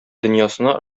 дөньясына